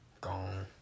Gone